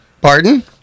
pardon